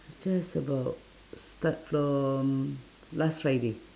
just about start from last friday